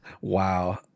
wow